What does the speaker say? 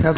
la